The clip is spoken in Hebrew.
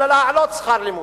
אלא להעלות את שכר הלימוד.